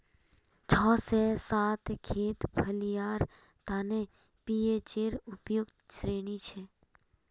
छह से सात खेत फलियार तने पीएचेर उपयुक्त श्रेणी छे